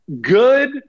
good